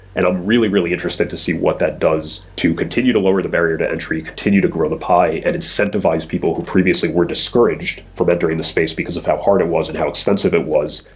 and i'm really, really interested to see what that does to continue to lower the barrier to entry, continue to grow the pie and incentivize people who previously were discouraged from entering the space because of how hard it was and how expensive it was.